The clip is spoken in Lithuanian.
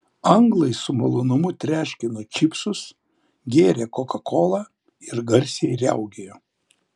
anglai su malonumu treškino čipsus gėrė kokakolą ir garsiai riaugėjo